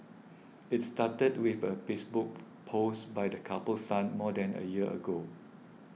it started with a Facebook post by the couple's son more than a year ago